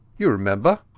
you remember